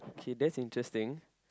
okay that's interesting